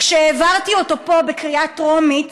כשהעברתי אותה פה בקריאה טרומית